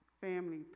family